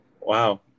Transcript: Wow